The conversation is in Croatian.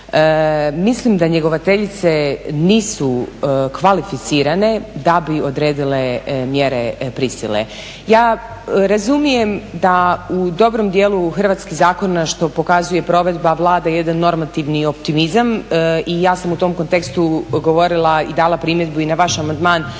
mislim da njegovateljice nisu kvalificirane da bi odredile mjere prisile. Ja razumijem da u dobrom dijelu hrvatskih zakona što pokazuje provedba Vlade jedan normativni optimizam i ja sam u tom kontekstu govorila i dala primjedbu i na vaš amandman